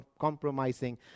compromising